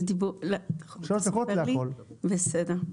בסדר.